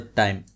time